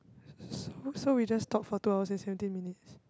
so so we just talk for two hours and seventeen minutes